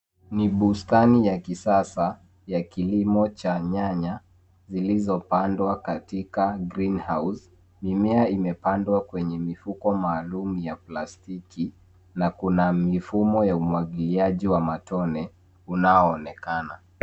Ni bustani ya kisasa ya kilimo cha nyanya zilizopandwa katika greenhouse .Mimea imepandwa kwenye mifuko maalum ya plastiki, na kuna mifumo ya umwagiliaji wa matone unao onekana.